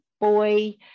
boy